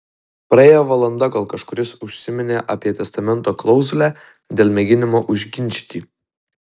praėjo valanda kol kažkuris užsiminė apie testamento klauzulę dėl mėginimo užginčyti